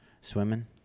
Swimming